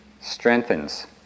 strengthens